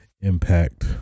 impact